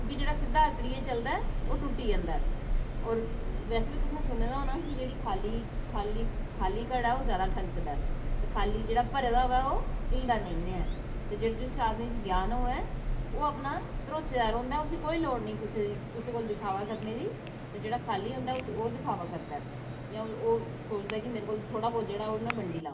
क्योंकि जेह्ड़ा सिद्धा अकड़ियै चलदा ओह् टुटी जंदा ऐ क्योंकि तुसें ते सुने दा होना कि जेह्ड़ा खाल्ली घड़ा होंदा ओह् जादै ठनकदा ऐ ते खाल्ली जेह्ड़ा भरे दा होऐ ओह् हिल्लदा निं ऐ ते जिस आदमीं च ज्ञान होऐ ओह् अपने भरोचै दा रौहंदा उसी कोई लोड़ निं अपने दी कुसै कोल दिखावा करने दी ते जेह्ड़ा खाल्ली होंदा ओह् दिखावा करदा ऐ ते जियां की ओह् सोचदा की थुआढ़े कोल जो होऐ ओह् में बंडना